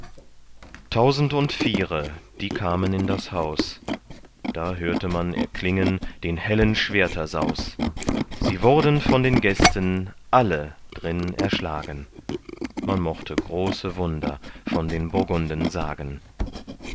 tausendundviere die kamen in das haus da hörte man erklingen den hellen schwertersaus sie wurden von den gästen alle drin erschlagen man mochte große wunder von den burgunden sagen